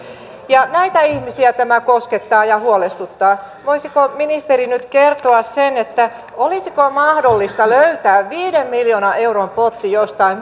näitä ihmisiä tämä koskettaa ja huolestuttaa voisiko ministeri nyt kertoa sen olisiko mahdollista löytää viiden miljoonan euron potti jostain